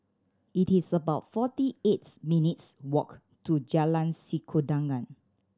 it is about forty eights minutes' walk to Jalan Sikudangan